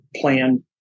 plan